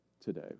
today